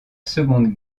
seconde